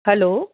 hello